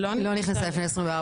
היא לא נכנסה לפני ה-24.